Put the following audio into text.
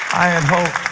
i had hoped